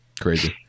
crazy